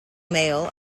male